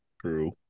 True